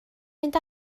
mynd